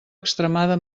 extremada